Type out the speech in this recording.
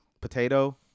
Potato